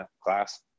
class